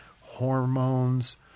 hormones